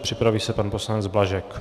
Připraví se pan poslanec Blažek.